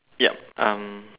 yup um